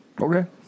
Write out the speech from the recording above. Okay